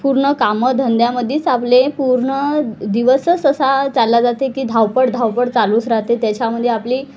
पूर्ण कामंधंद्यामध्येच आपले पूर्ण दिवसच असा चालला जाते की धावपळ धावपळ चालूच राहते त्याच्यामध्ये आपली